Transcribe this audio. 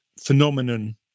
phenomenon